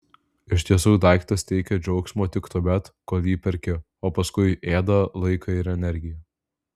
iš tiesų daiktas teikia džiaugsmo tik tuomet kol jį perki o paskui ėda laiką ir energiją